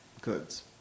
goods